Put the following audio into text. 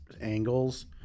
angles